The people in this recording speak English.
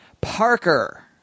Parker